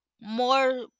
more